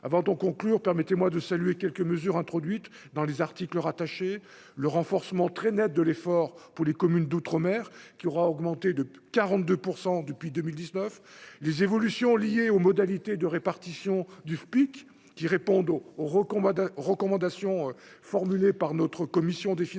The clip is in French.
avant conclure, permettez-moi de saluer quelques mesures introduites dans les articles rattachés le renforcement très Net de l'effort pour les communes d'outre-mer qui aura augmenté de 42 % depuis 2019 les évolutions liées aux modalités de répartition du FPIC qui répondent aux Ores au combat des recommandations formulées par notre commission des finances,